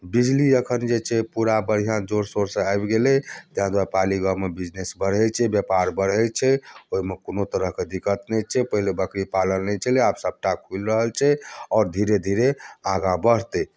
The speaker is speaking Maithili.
बिजली एखन जे छै पूरा बढ़िआँ जोर शोरसँ आबि गेलै तैँ द्वारे पाली गाममे बिजनेस बढ़ैत छै व्यापार बढ़ैत छै ओहिमे कोनो तरहके दिक्कत नहि छै पहिने बकरी पालन नहि छलै आब सभटा खुलि रहल छै आओर धीरे धीरे आगाँ बढ़तै